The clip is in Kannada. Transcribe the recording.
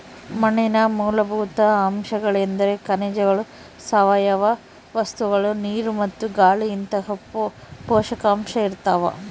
ಮಣ್ಣಿನ ಮೂಲಭೂತ ಅಂಶಗಳೆಂದ್ರೆ ಖನಿಜಗಳು ಸಾವಯವ ವಸ್ತುಗಳು ನೀರು ಮತ್ತು ಗಾಳಿಇಂತಹ ಪೋಷಕಾಂಶ ಇರ್ತಾವ